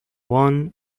one